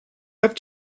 have